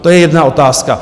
To je jedna otázka.